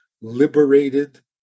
Liberated